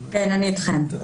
כן, אני אתכם.